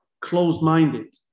closed-minded